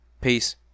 Peace